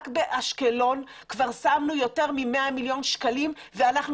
רק באשקלון כבר שמנו יותר מ-100 מיליון שקלים ואנחנו